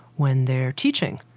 when they're teaching,